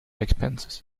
expenses